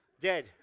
Dead